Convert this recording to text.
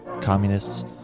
communists